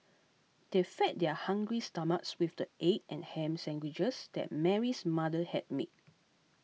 they fed their hungry stomachs with the egg and ham sandwiches that Mary's mother had made